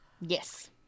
Yes